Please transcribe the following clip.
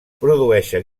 produeixen